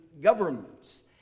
governments